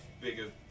bigger